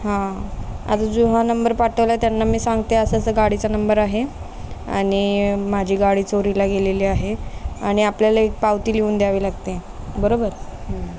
हां आता जो हा नंबर पाठवला आहे त्यांना मी सांगते असं असं गाडीचा नंबर आहे आणि माझी गाडी चोरीला गेलेली आहे आणि आपल्याला एक पावती लिहून द्यावी लागते बरोबर हं